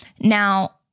Now